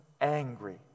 angry